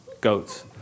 goats